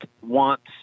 wants